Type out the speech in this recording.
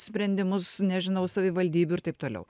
sprendimus nežinau savivaldybių ir taip toliau